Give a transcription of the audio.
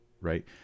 right